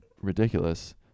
ridiculous